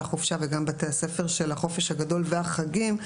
החופשה וגם בתי הספר של החופש הגדול והחגים,